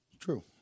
True